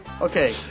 Okay